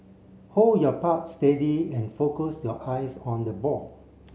hold your steady and focus your eyes on the ball